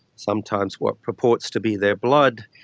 sometimes what purports to be their blood,